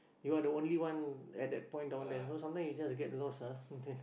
you are the only one at that point down there so sometime you just get lost ah